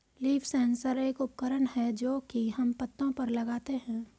leaf sensor एक उपकरण है जो की हम पत्तो पर लगाते है